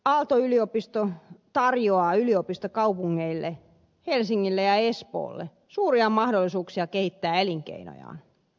aalto yliopisto tarjoaa yliopistokaupungeille helsingille ja espoolle suuria mahdollisuuksia kehittää elinkeinojaan